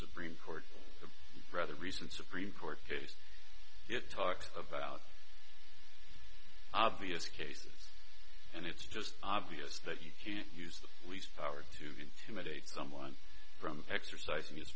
supreme court rather recent supreme court case it talked about obvious cases and it's just obvious that you can't use the police power to be intimidate someone from exercising his